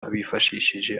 bifashishije